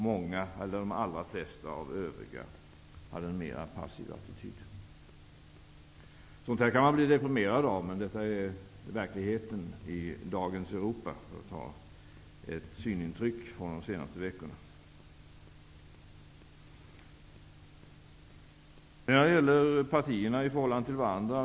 Många, de allra flesta, intog en mera passiv attityd. Sådant kan man bli deprimerad av, men det är verkligheten i dagens Europa, för att ta ett exempel från de senaste veckorna. Jag har lyssnat på debatten här när det gäller partierna i förhållande till varandra.